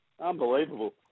Unbelievable